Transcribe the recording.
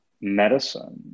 medicine